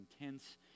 intense